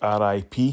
RIP